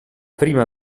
prima